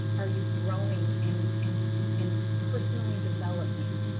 are you growing? and and so and personally developing?